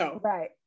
Right